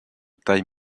taille